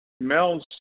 Mel's